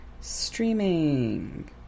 streaming